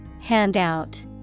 Handout